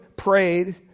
prayed